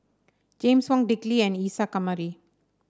James Wong Dick Lee and Isa Kamari